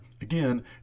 again